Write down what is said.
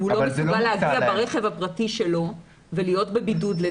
הוא לא מסוגל להגיע ברכב הפרטי שלו לדרייב-אין ולהיות בבידוד.